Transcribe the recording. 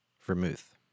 vermouth